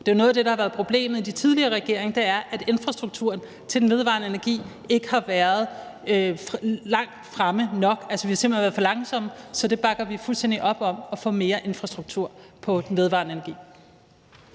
Og noget af det, der har været problemet med den tidligere regering er, at infrastrukturen til den vedvarende energi ikke har været langt nok fremme. Altså, vi har simpelt hen været for langsomme. Så vi bakker fuldstændig op om at få mere infrastruktur til den vedvarende energi.